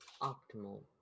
optimal